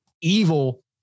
Evil